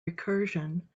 recursion